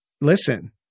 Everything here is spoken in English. listen